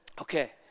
okay